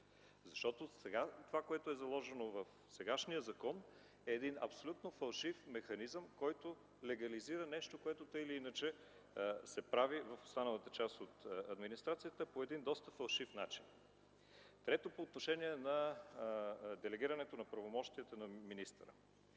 защото сега това, което е заложено в сегашния закон, е абсолютно фалшив механизъм, който легализира нещо, което така или иначе се прави в останалата част от администрацията по един доста фалшив начин. Трето, по отношение на делегирането на правомощията на министъра.